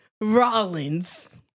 Rollins